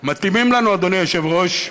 מתאימים לנו, אדוני היושב-ראש,